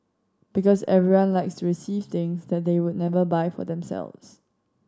because everyone likes to receive things that they would never buy for themselves